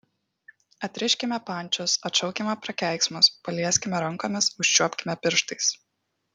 atriškime pančius atšaukime prakeiksmus palieskime rankomis užčiuopkime pirštais